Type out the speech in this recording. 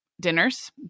dinners